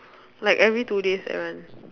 like every two days I run